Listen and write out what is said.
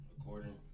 According